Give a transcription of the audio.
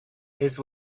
his